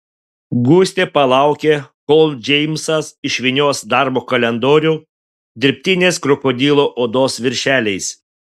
gustė palaukė kol džeimsas išvynios darbo kalendorių dirbtinės krokodilo odos viršeliais